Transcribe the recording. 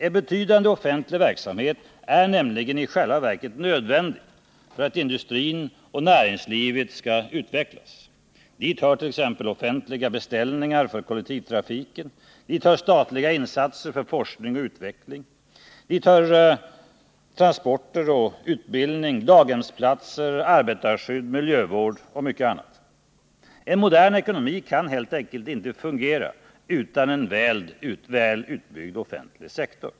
En betydande offentlig verksamhet är nämligen i själva verket nödvändig för att industrin och näringslivet skall utvecklas; dit hör t.ex. offentliga beställningar för kollektivtrafiken, dit hör statliga insatser för forskning och utveckling, dit hör transporter och utbildning, daghemsplatser, arbetarskydd, miljövård och mycket annat. En modern ekonomi kan helt enkelt inte fungera utan en väl utbyggd offentlig sektor.